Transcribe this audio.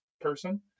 person